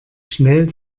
schnell